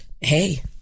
Hey